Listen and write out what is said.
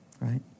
right